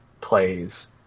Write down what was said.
plays